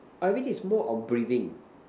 everything is more on breathing